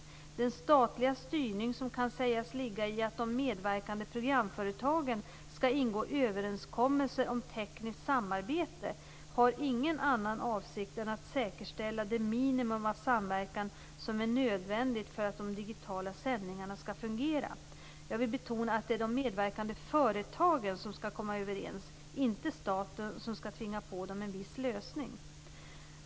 Den statliga styrning som kan sägas ligga i att de medverkande programföretagen skall ingå överenskommelser om tekniskt samarbete har ingen annan avsikt än att säkerställa det minimum av samverkan som är nödvändigt för att de digitala sändningarna skall fungera. Jag vill betona att det är de medverkande företagen som skall komma överens, inte staten som skall tvinga på dem en viss lösning.